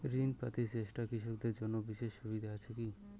ঋণ পাতি চেষ্টা কৃষকদের জন্য বিশেষ সুবিধা আছি কি?